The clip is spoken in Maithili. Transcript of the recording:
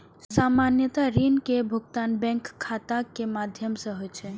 सामान्यतः ऋण के भुगतान बैंक खाता के माध्यम सं होइ छै